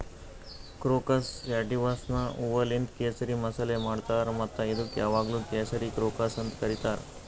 crocus ಸ್ಯಾಟಿವಸ್ನ ಹೂವೂಲಿಂತ್ ಕೇಸರಿ ಮಸಾಲೆ ಮಾಡ್ತಾರ್ ಮತ್ತ ಇದುಕ್ ಯಾವಾಗ್ಲೂ ಕೇಸರಿ ಕ್ರೋಕಸ್ ಅಂತ್ ಕರಿತಾರ್